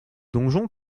donjon